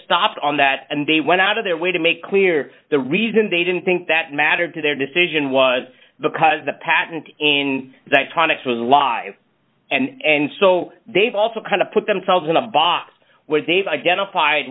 stopped on that and they went out of their way to make clear the reason they didn't think that mattered to their decision was because the patent in that context was live and so they've also kind of put themselves in a box with dave identified